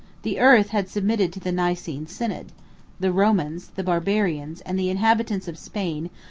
the earth had submitted to the nicene synod the romans, the barbarians, and the inhabitants of spain,